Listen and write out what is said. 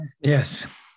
Yes